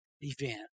event